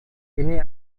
ini